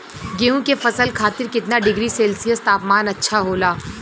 गेहूँ के फसल खातीर कितना डिग्री सेल्सीयस तापमान अच्छा होला?